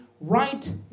right